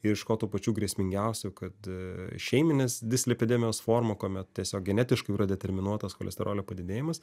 ir iš ko tų pačių grėsmingiausių kad šeiminės dislipidemijos forma kuomet tiesiog genetiškai jau yra determinuotas cholesterolio padidėjimas